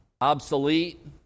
obsolete